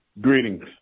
Greetings